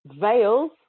veils